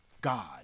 God